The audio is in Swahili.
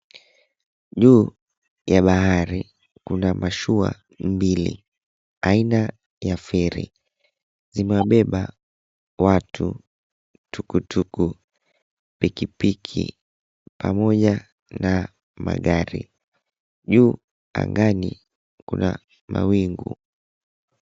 Juu ya bahari kuna mashua mbili aina ya feri. Zimewabeba watu, tukutuku, pikipiki pamoja na magari. Juu angani kuna mawingu.